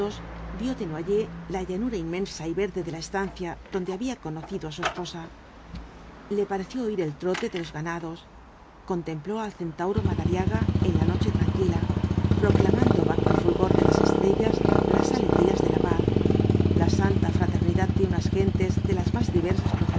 pensamientos vio desnoyers la llanura inmensa y verde de la estancia donde había conocido á su esposa le pareció oir el trote de los ganados contempló al centauro madariaga en la noche tranquila proclamando bajo el fulgor de las estrellas las alegrías de la paz la santa fraternidad de unas gentes de las más diversas